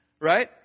Right